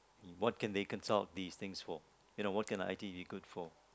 what can they consult these things for you know what can I teach be good for